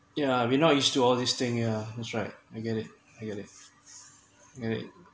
yeah we're not used to all this thing yeah that's right I get it I get it I get it